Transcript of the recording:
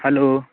hello